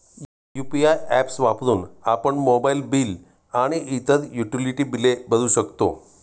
UPI apps वापरून आपण mobile bill आणि इतर युटिलिटी बिले भरू शकतो